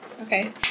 Okay